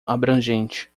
abrangente